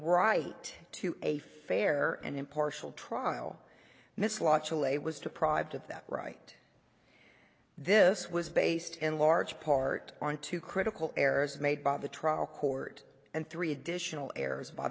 right to a fair and impartial trial and this laci lay was deprived of that right this was based in large part on two critical errors made by the trial court and three additional errors by